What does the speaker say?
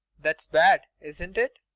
that's bad, isn't it?